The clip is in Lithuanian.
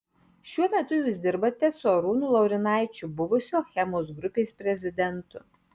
šiuo metu jūs dirbate su arūnu laurinaičiu buvusiu achemos grupės prezidentu